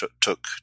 took